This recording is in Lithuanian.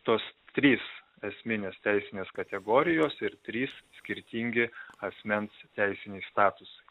tos trys esminės teisinės kategorijos ir trys skirtingi asmens teisiniai statusai